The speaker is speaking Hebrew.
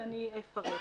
ואני אפרט.